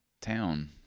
town